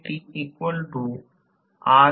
r2 S2 x 2 2 हे समीकरण 34 आहे